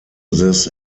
this